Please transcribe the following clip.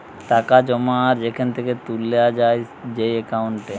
টাকা জমা আর সেখান থেকে তুলে যায় যেই একাউন্টে